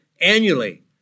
annually